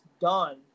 done